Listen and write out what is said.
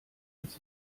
als